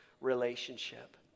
relationship